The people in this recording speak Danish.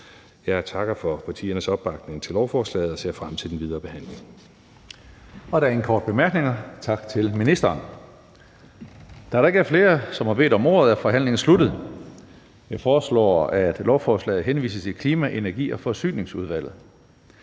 Jeg takker for partiernes opbakning til lovforslaget og ser frem til den videre behandling. Kl. 13:37 Tredje næstformand (Karsten Hønge): Der er ingen korte bemærkninger. Tak til ministeren. Da der ikke er flere, som har bedt om ordet, er forhandlingen sluttet. Jeg foreslår, at lovforslaget henvises til Klima-, Energi- og Forsyningsudvalget.